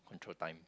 control time